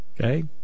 Okay